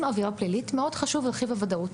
עבירה פלילית מאוד חשוב להסביר בוודאות.